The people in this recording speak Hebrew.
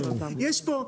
יש פה נוסח.